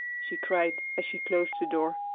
she cried as she closed the door.